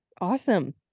Awesome